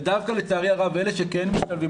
ודווקא לצערי הרבה מאלה שכן משתלבים,